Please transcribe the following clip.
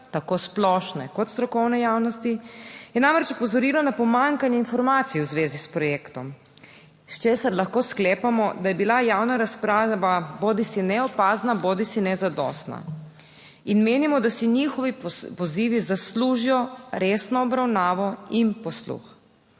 tako splošne, kot strokovne javnosti je namreč opozorila na pomanjkanje informacij v zvezi s projektom, iz česar lahko sklepamo, da je bila javna razprava bodisi neopazna bodisi nezadostna in menimo, da si njihovi pozivi zaslužijo resno obravnavo in posluh.